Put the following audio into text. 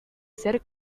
ser